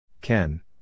Ken